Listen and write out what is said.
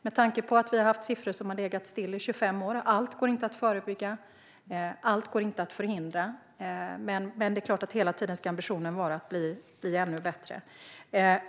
Med tanke på att siffrorna har legat still under 25 år i Sverige, och att allt inte går att förebygga och att allt inte går att förhindra, ska ändå ambitionen hela tiden vara att bli ännu bättre.